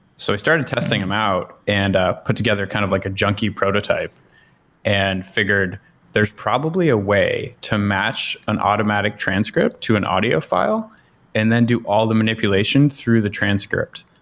so we started testing them out and ah put together kind of like a junkie prototype and figured there's probably a way to match an automatic transcript to an audio file and then do all the manipulation through the transcript.